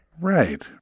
Right